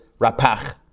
rapach